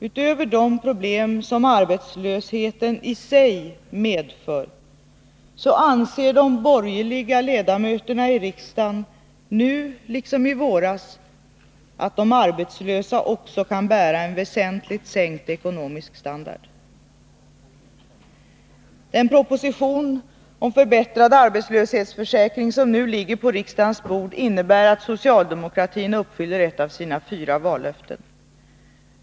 Utöver de problem som arbetslösheten i sig medför anser de borgerliga ledamöterna i riksdagen nu liksom i våras att de arbetslösa också kan bära en väsentligt sänkt ekonomiskt standard. Den proposition om förbättrad arbetslöshetsförsäkring som nu ligger på riksdagens bord innebär att socialdemokratin uppfyller ett av sina fyra vallöften.